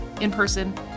in-person